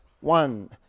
One